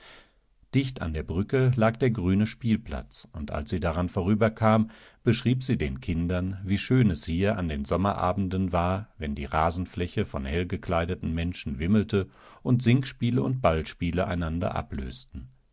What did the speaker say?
dicht an der brücke lag der grüne spielplatz und als sie daran vorüberkam beschrieb sie den kindern wie schön es hier an den sommerabenden war wenn die rasenfläche von hellgekleideten menschen wimmelte und singspiele und ballspiele einander ablösten